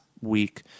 week